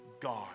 God